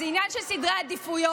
זה עניין של סדרי עדיפויות.